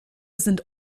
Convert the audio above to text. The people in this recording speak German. sind